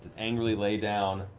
angrily lay down